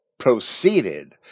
proceeded